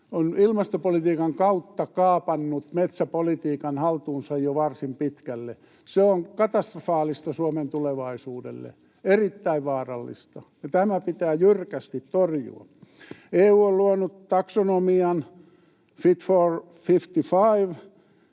ilmastopolitiikan kautta haltuunsa jo varsin pitkälle. Se on katastrofaalista Suomen tulevaisuudelle, erittäin vaarallista, ja tämä pitää jyrkästi torjua. EU on luonut taksonomian, Fit for 55